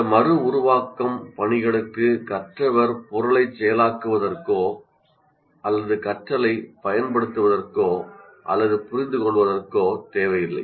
இந்த மறு உருவாக்கம் பணிகளுக்கு கற்றவர் பொருளைச் செயலாக்குவதற்கோ அல்லது கற்றலைப் பயன்படுத்துவதற்கோ அல்லது புரிந்துகொள்வதற்கோ தேவையில்லை